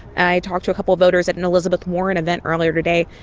i talked to a couple voters at an elizabeth warren event earlier today,